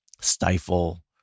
stifle